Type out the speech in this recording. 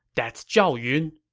that's zhao yun.